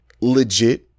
legit